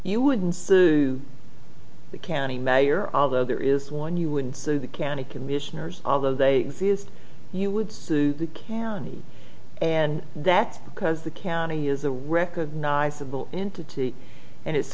you wouldn't sue the county mayor although there is one you wouldn't sue the county commissioners although they exist you would sue the county and that's because the county is a recognizable entity and it's